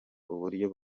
uburyo